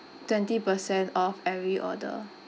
twenty percent off every order